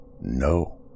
No